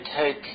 take